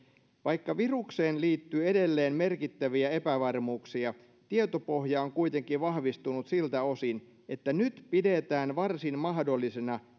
vaikka virukseen liittyy edelleen merkittäviä epävarmuuksia tietopohja on kuitenkin vahvistunut siltä osin että nyt pidetään varsin mahdollisena